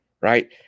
right